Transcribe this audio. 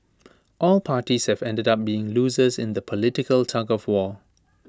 all parties have ended up being losers in the political tug of war